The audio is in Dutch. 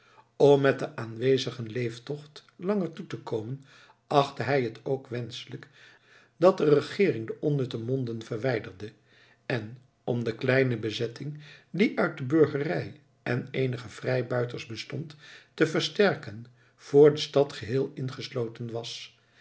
om met den aanwezigen leeftocht langer toe te komen achtte hij het ook wenschelijk dat de regeering de onnutte monden verwijderde en om de kleine bezetting die uit de burgerij en eenige vrijbuiters bestond te versterken vr de stad geheel ingesloten was